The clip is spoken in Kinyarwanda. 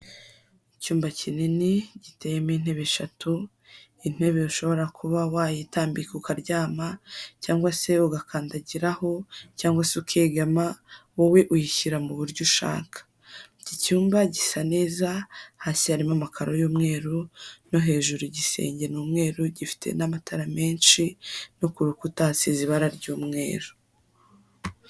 Icyumba kinini, gitemo intebe eshatu, intebe ushobora kuba wayitambika ukaryama, cyangwa se ugakandagiraho, cyangwa se ukegama, wowe uyishyira mu buryo ushaka. Iki cyumba gisa neza, hasi harimo amakaro y'umweru, no hejuru igisenge ni umweru gifite n'amatara menshi, no ku rukuta hasize ibara ry'umweru.